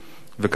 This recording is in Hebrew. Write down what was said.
וכמובן,